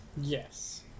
Yes